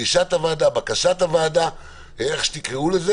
זה לא בתקנות האלו, זה בתקנות של חינוך.